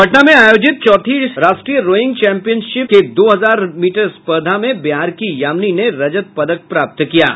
पटना में आयोजित चौथी राष्ट्रीय रोइंग चैंपियनशिप के दो हजार मीटर स्पर्धा में बिहार की यामिनी ने रजक पदक प्राप्त किया है